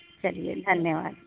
चलिए धन्यवाद